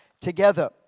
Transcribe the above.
together